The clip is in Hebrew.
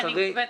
גם אני.